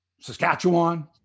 Saskatchewan